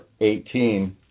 18